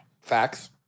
Facts